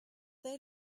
they